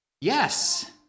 Yes